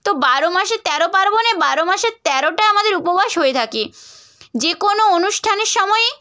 তো বারো মাসে তেরো পার্বণে বারো মাসে তেরোটা আমাদের উপবাস হয়ে থাকে যে কোনো অনুষ্ঠানের সময়েই